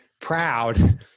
proud